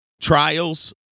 Trials